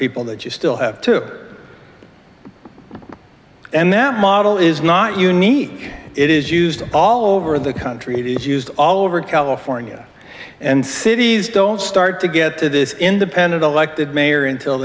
people that you still have to and that model is not unique it is used all over the country it is used all over california and cities don't start to get to this independent elected mayor until